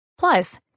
Plus